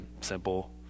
simple